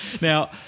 Now